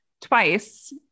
twice